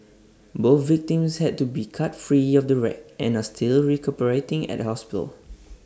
both victims had to be cut free of the wreck and are still recuperating at A hospital